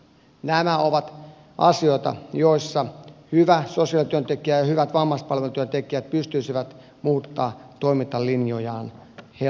nämä ovat asioita joissa hyvä sosiaalityöntekijä ja hyvät vammaispalvelun työntekijät pystyisivät muuttamaan toimintalinjojaan helposti